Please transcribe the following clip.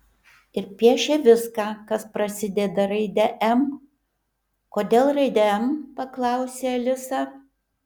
ir piešė viską kas prasideda raide m kodėl raide m paklausė alisa